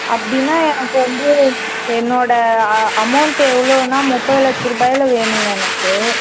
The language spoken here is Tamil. அப்படின்னா எனக்கு வந்து என்னோட ஆ அமௌண்ட்டு எவ்வளோனா முப்பது லட்சம் ரூபாயில் வேணுங்க எனக்கு